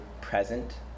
present